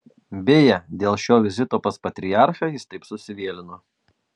beje dėl šio vizito pas patriarchą jis taip susivėlino